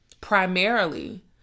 primarily